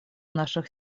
наших